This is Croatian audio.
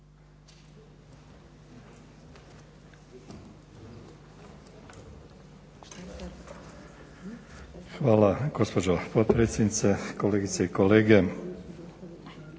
Hvala gospođo potpredsjednice. Kolegice i kolege.